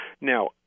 Now